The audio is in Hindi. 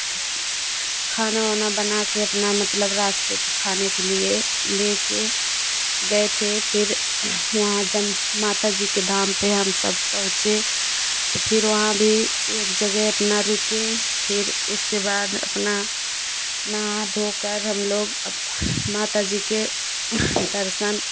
खाना वाना बनाकर अपना मतलब रास्ते खाने के लिए लेकर गए थे फिर वहाँ जब माता जी के धाम पर हम सब पहुँचे तो फिर वहाँ भी एक जगह अपना रुके फिर उसके बाद अपना नहा धोकर हम लोग अपना माता जी के दर्शन